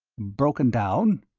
broken down?